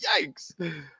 yikes